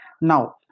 now